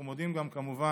אנחנו מודים גם, כמובן,